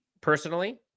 personally